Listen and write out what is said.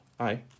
Hi